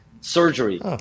surgery